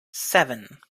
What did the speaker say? seven